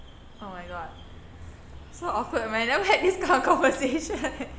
oh my god so awkward man never had this kind of conversation